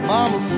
Mama